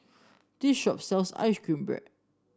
this shop sells ice cream bread